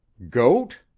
goat?